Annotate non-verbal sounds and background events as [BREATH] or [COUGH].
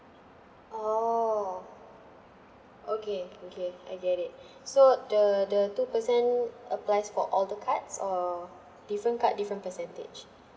oh okay okay I get it [BREATH] so the the two percent applies for all the cards or different card different percentage